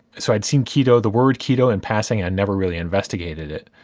so i'd seen keto the word keto in passing. i never really investigated it.